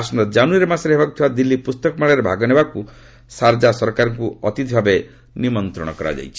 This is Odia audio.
ଆସନ୍ତା ଜାନୁଆରୀ ମାସରେ ହେବାକୁ ଥିବା ଦିଲ୍ଲୀ ପୁସ୍ତକ ମେଳାରେ ଭାଗ ନେବାକୁ ସାରଜା ସରକାରଙ୍କୁ ଅତିଥି ଭାବେ ଆମନ୍ତ୍ରଣ କରାଯାଇଛି